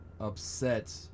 upset